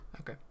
Okay